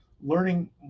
learning